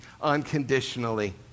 unconditionally